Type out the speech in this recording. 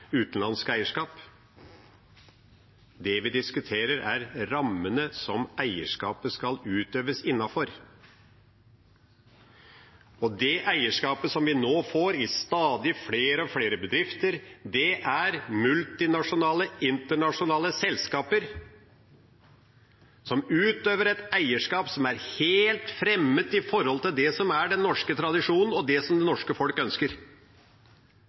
utenlandsk eierskap. Det vi diskuterer, er rammene som eierskapet skal utøves innafor. Det eierskapet som vi nå får i stadig flere bedrifter, er multinasjonale, internasjonale selskaper som utøver et eierskap som er helt fremmed for det som er den norske tradisjonen, og det som det norske folk ønsker.